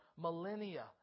millennia